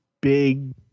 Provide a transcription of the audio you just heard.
big